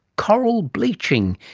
coral bleaching.